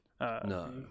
No